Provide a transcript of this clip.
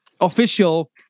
official